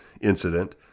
incident